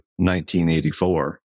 1984